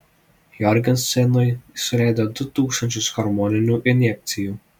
jorgensenui suleido du tūkstančius hormoninių injekcijų